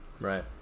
Right